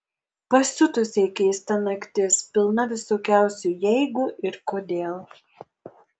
pasiutusiai keista naktis pilna visokiausių jeigu ir kodėl